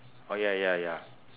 oh ya ya ya